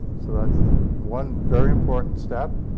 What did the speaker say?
so that's one very important step.